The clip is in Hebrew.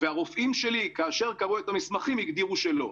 והרופאים שלי, כאשר קראו את המסמכים, הגדירו לא.